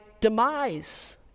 demise